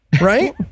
right